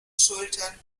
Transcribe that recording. schultern